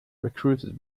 recruited